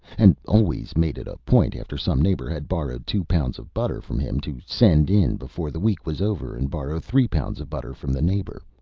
and always made it a point after some neighbor had borrowed two pounds of butter from him to send in before the week was over and borrow three pounds of butter from the neighbor.